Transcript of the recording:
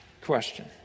question